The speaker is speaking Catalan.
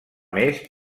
més